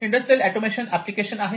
industrial automation application आहेत